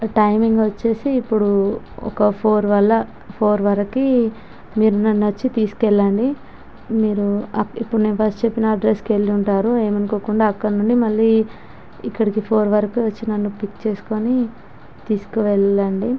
timing వచ్చేసి ఇప్పుడు ఒక ఫోర్ వల్ల ఫోర్ వరకు మీరు నన్ను వచ్చి తీసుకువెళ్ళండి మీరు ఇపుడు నేను ఫస్ట్ చెప్పిన అడ్రెస్సుకి వెళ్ళుంటారు ఏమనుకోకుండా అక్కడనుండి మళ్ళీ ఇక్కడికి ఫోర్ వరకు వచ్చి నన్ను పిక్ చేసుకొని తీసుకువెళ్ళండి